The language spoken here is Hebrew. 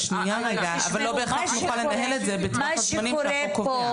לא בהכרח נוכל לנהל את זה בטווח הזמנים שהחוק קובע.